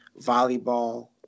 volleyball